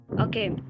Okay